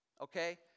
okay